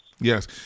Yes